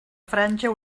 franja